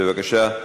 בבקשה,